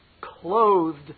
clothed